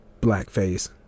blackface